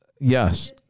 Yes